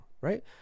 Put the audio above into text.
right